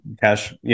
cash